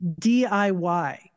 DIY